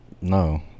No